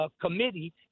committee